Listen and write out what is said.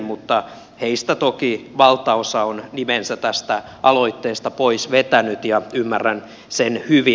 mutta heistä toki valtaosa on nimensä tästä aloitteesta pois vetänyt ja ymmärrän sen hyvin